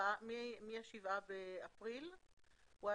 מה-7 באפריל הוא היה